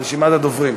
רשימת הדוברים: